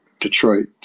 Detroit